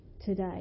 today